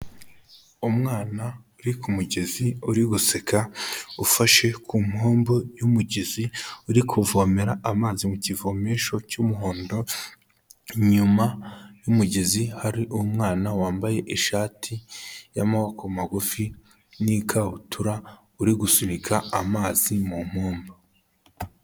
Umwana uri ku kumugezi uri guseka, ufashe ku mpombo y'umugezi, uri kuvomera amazi mu kivomesho cy'umuhondo, inyuma y'umugezi hari umwana wambaye ishati y'amoko magufi n'ikabutura, uri gusunika amazi mu mpombo.